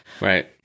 Right